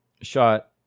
shot